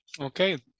Okay